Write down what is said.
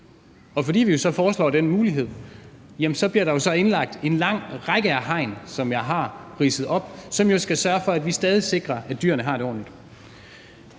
og fordi vi så foreslår den mulighed, bliver der indlagt en lang række af hegn, som jeg har ridset op, og som jo skal sørge for, at vi stadig sikrer, at dyrene har det ordentligt.